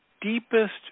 deepest